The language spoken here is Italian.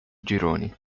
gironi